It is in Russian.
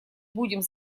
будем